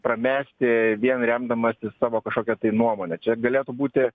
pramesti vien remdamasis savo kažkokia tai nuomone čia galėtų būti